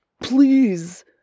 please